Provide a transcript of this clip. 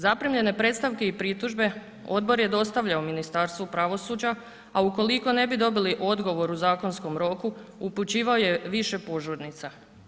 Zaprimljene predstavke i pritužbe odbor je dostavljao Ministarstvu pravosuđa, a ukoliko ne bi dobili odgovor u zakonskom roku upućivao je više požurnica.